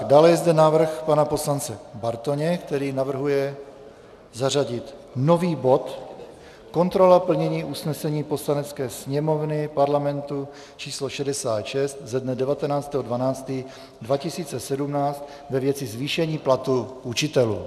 Dále je zde návrh pana poslance Bartoně, který navrhuje zařadit nový bod Kontrola plnění usnesení Poslanecké sněmovny Parlamentu č. 66 ze dne 19. 12. 2017 ve věci zvýšení platů učitelů.